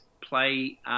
play